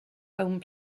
home